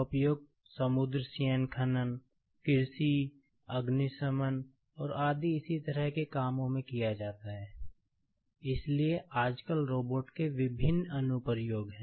उदाहरण के लिए आजकल रोबोट के विभिन्न अनुप्रयोग हैं